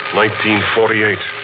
1948